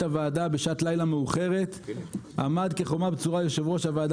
הוועדה בשעת לילה מאוחרת עמד כחומה בצורה יושב-ראש הוועדה